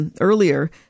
earlier